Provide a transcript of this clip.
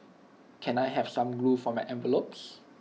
can I have some glue for my envelopes